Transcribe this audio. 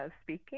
Speaking